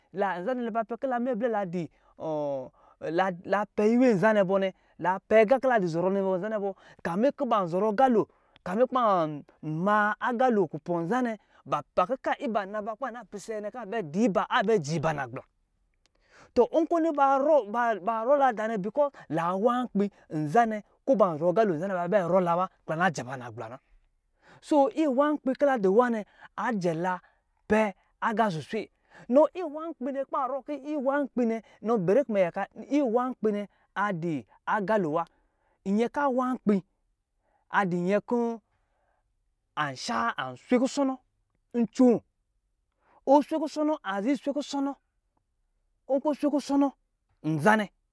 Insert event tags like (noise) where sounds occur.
La nzanɛ ba pɛ ki la minyɛ blɛ la di (hesitation) la la pɛ iwe nzanɛ bɔ nɛ, la pɛ gā ki la di zɔrɔ nɛ bɔ nzanɛ bɔ, kamin kɔ̄ ban zɔrɔ galo, kamin kubann ma agalo kupɔ̄ nzanɛ, ba ta kɔ̄ kai iba naba ki ba na pise nyɛ nɛ ka dii ba, aa bɛ jiiba nagblā. Tɔ nkɔ̄ ni ba rɔ, ba ba rɔ la daa nɛ (unintelligible) laa wā nkpǐ, nzanɛ kɔ̄ ba zɔrɔ agalo nzanɛ, ba bɛ rɔ la wa ki la na jɛ ba nagbla na. Soo iwā nkpǐ ki la di wā nɛ, a jɛ la pɛ aga suswe. Nɔ iwǎ nkpǐ nɛ, kɔ̌ ba rɔ kɔ̌ iwǎ nkpǐ nɛ, kɔ̌ ba rɔ kɔ̌ iwǎ nkpî nɛ, a di agalo wa. Nyɛ ka wǎ nkpǐ, a di nyɛ kɔ̌ an sha, an swe kusono ncoo, ɔ swe kusono, a za iswe kusono, nkɔ̂ swe kusono nzanɛ,